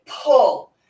pull